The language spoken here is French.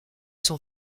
son